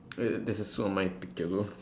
wait there's a suit on my picture though